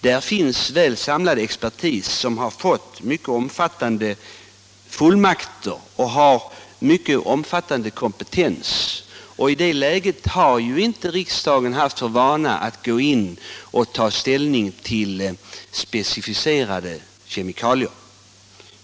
Där finns en väl samlad expertis som fått mycket omfattande fullmakter och har mycket omfattande kompetens. I det läget har riksdagen inte haft för Miljövårdspoliti Miljövårdspoliti vana att gå in och ta ställning till speciella kemikalier.